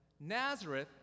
Nazareth